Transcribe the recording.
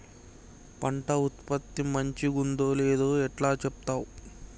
పంట ఉత్పత్తి మంచిగుందో లేదో ఎట్లా చెప్తవ్?